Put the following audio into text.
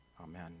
Amen